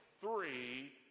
three